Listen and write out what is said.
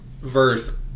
verse